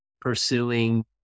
pursuing